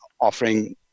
offering